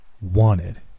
wanted